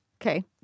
Okay